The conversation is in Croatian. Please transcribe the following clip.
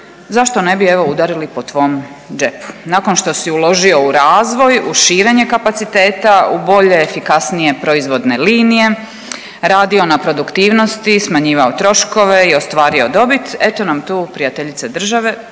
zašto ne bi evo udarili po tvom džepu nakon što si uložio u razvoj, u širenje kapaciteta, u bolje i efikasnije proizvodne linije, radio na produktivnosti, smanjivao troškove i ostvario dobit eto nam tu prijateljice države